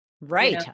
Right